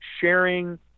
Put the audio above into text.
sharing